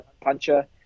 puncher